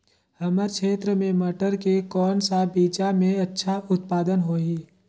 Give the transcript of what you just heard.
हमर क्षेत्र मे मटर के कौन सा बीजा मे अच्छा उत्पादन होही?